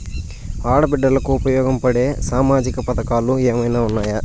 ఆడ బిడ్డలకు ఉపయోగం ఉండే సామాజిక పథకాలు ఏమైనా ఉన్నాయా?